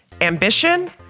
ambition